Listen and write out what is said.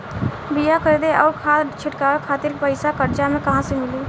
बीया खरीदे आउर खाद छिटवावे खातिर पईसा कर्जा मे कहाँसे मिली?